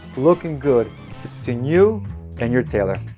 looking good is between you and your tailor,